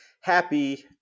happy